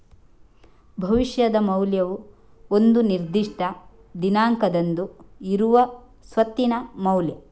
ಭವಿಷ್ಯದ ಮೌಲ್ಯವು ಒಂದು ನಿರ್ದಿಷ್ಟ ದಿನಾಂಕದಂದು ಇರುವ ಸ್ವತ್ತಿನ ಮೌಲ್ಯ